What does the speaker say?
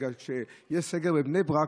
בגלל שכשיש סגר בבני ברק,